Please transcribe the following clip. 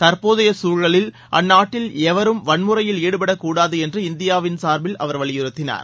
தற்போதைய சசூழலில் அந்நாட்டில் எவரும் வன்முறையில் ஈடுபடக் கூடாது என்று இந்தியாவின் சார்பில் அவர் வலியுறுத்தினார்